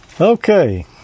Okay